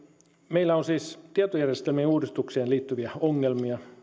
meillä on siis tietojärjestelmien uudistukseen liittyviä ongelmia